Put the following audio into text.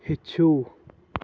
ہیٚچھِو